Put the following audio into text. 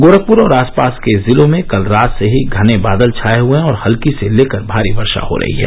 गोरखपुर और आसपास के जिलों में कल रात से ही घने बादल छाए हुए हैं और हल्की से लेकर भारी वर्षा हो रही है